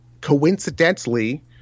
coincidentally